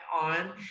on